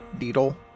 Needle